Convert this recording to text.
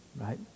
right